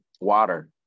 water